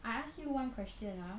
I ask you one question ah